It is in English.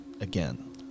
Again